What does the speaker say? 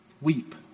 Weep